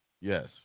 Yes